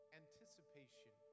anticipation